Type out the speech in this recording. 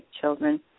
children